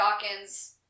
Dawkins